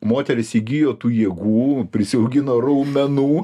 moterys įgijo tų jėgų prisiaugino raumenų